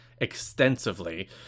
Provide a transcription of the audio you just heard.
extensively